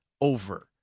over